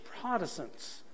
Protestants